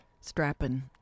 strapping